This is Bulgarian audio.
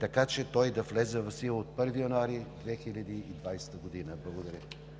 така че той да влезе в сила от 1 януари 2020 г. Благодаря.